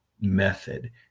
method